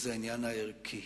זה העניין הערכי,